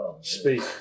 Speak